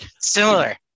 similar